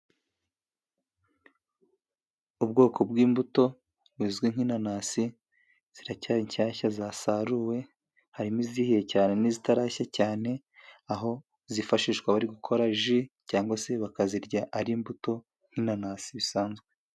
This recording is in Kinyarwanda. Ubwoko bw'imbuto buzwi nk'inanasi ziracyari nshyashya, zasaruwe. Hrimo izihiye cyane n'izitarashya cyane, aho zifashishwa bari gukora ji, cyangwa se bakazirya ari imbuto nk'inanasi bisanzwe.